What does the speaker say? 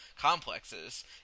complexes